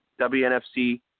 WNFC